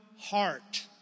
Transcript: heart